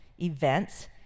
events